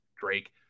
Drake